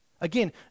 Again